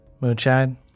Moonshine